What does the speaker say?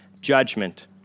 judgment